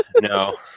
No